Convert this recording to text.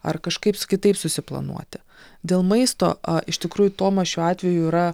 ar kažkaips kitaip susiplanuoti dėl maisto a iš tikrųjų tomas šiuo atveju yra